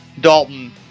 Dalton